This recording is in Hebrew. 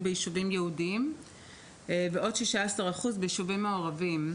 ביישובים יהודיים ועוד כ-16% ביישובים מעורבים,